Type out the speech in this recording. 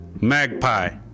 Magpie